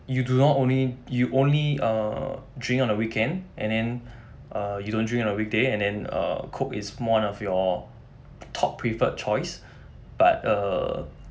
you do not only you only uh drink on the weekend and then uh you don't drink on the weekday and then err coke is one of your top preferred choice but err